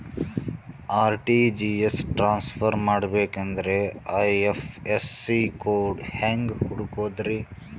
RTGS transfer ಮಾಡಬೇಕೆಂದರೆ IFSC code ಹೆಂಗ್ ಹುಡುಕೋದ್ರಿ?